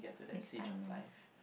next time lor